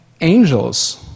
angels